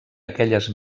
aquelles